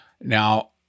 Now